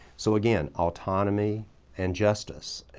so again, autonomy and justice.